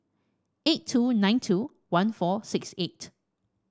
eight two nine two one four six eight